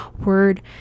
word